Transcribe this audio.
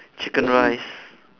chicken rice